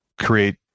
create